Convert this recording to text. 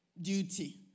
duty